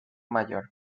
mayor